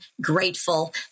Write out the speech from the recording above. grateful